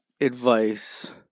advice